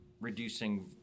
reducing